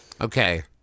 Okay